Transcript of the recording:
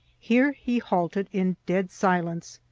here he halted in dead silence,